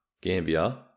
gambia